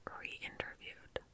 re-interviewed